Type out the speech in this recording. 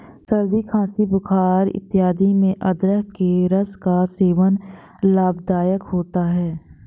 सर्दी खांसी बुखार इत्यादि में अदरक के रस का सेवन लाभदायक होता है